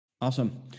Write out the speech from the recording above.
Awesome